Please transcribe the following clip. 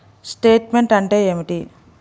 Statement అంటే ఏమిటి?